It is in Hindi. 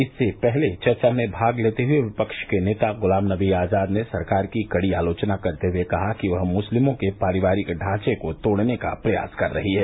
इससे पहले चर्चा में भाग लेते हुए विपक्ष के नेता गुलाम नबी आजाद ने सरकार की कड़ी आलोचना करते हुए कहा कि वह मुस्लिमों के पारिवारिक ढांचे को तोड़ने का प्रयास कर रही है